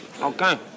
Okay